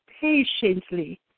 patiently